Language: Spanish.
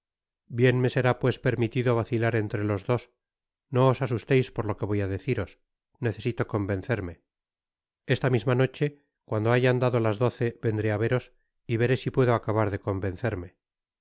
bien me será pues permitido vacilar entre los dos no os asusteis por lo que voy á deciros necesito convencerme esta misma noche cuando hayan dado las doce vendré á veros y veré si puedo acabar de convencerme